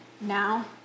now